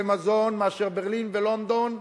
במזון מאשר בברלין ובלונדון.